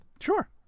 sure